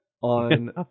on